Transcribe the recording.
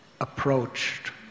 approached